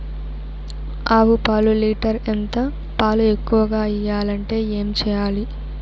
ఆవు పాలు లీటర్ ఎంత? పాలు ఎక్కువగా ఇయ్యాలంటే ఏం చేయాలి?